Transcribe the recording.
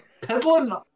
peddling